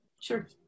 Sure